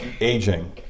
aging